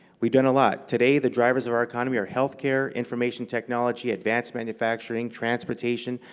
we've done a lot. today the drivers of our economy are healthcare, information technology, advance manufacturing, transportation,